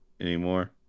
anymore